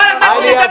מה זה?